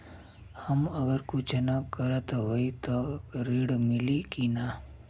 हम अगर कुछ न करत हई त ऋण मिली कि ना?